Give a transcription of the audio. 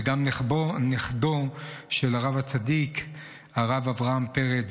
וגם נכדו של הרב הצדיק הרב אברהם פרץ,